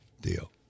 deal